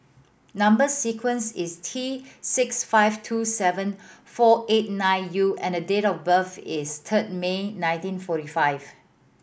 number sequence is T six five two seven four eight nine U and the date of birth is third May nineteen forty five